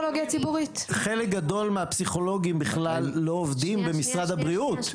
חלק גדול מהפסיכולוגים בכלל לא עובדים במשרד הבריאות.